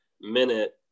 minute